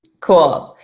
cool.